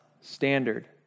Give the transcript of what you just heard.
standard